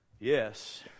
Yes